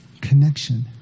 connection